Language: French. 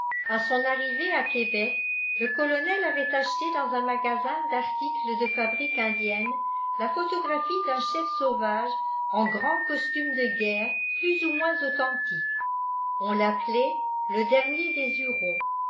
a son arrivée à québec le colonel avait acheté dans un magasin d'articles de fabrique indienne la photographie d'un chef sauvage en grand costume de guerre plus ou moins authentique on l'appelait le dernier des hurons